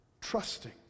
trusting